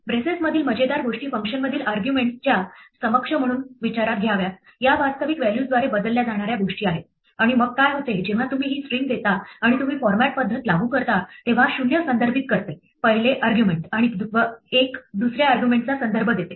ब्रेसेसमधील मजेदार गोष्टी फंक्शनमधील आर्ग्युमेंटसच्या समकक्ष म्हणून विचारात घ्याव्यात या वास्तविक व्हॅल्यूजद्वारे बदलल्या जाणाऱ्या गोष्टी आहेत आणि मग काय होते जेव्हा तुम्ही ही स्ट्रिंग देता आणि तुम्ही फॉरमॅट पद्धत लागू करता तेव्हा 0 संदर्भित करते पहिले आर्ग्युमेंट आणि 1 दुसऱ्या आर्ग्युमेंटचा संदर्भ देते